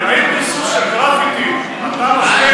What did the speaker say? האם ריסוס של גרפיטי אתה משווה,